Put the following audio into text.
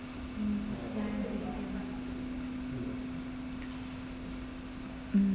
mm